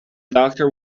doctor